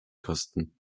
kosten